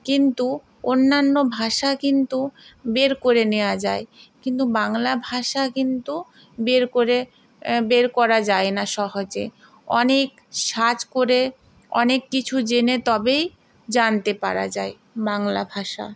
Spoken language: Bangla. কিন্তু অন্যান্য ভাষা কিন্তু বের করে নেয়া যায় কিন্তু বাংলা ভাষা কিন্তু বের করে বের করা যায় না সহজে অনেক সার্চ করে অনেক কিছু জেনে তবেই জানতে পারা যায় বাংলা ভাষা